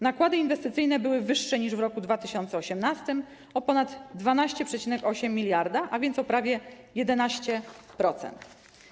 Nakłady inwestycyjne były wyższe niż w roku 2018 o ponad 12,8 mld, a więc o prawie 11%.